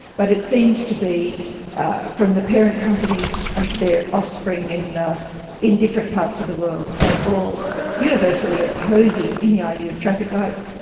but it seems to be the parent companies and their offspring in ah in different parts of the world are all universally opposing any idea of traffic lights,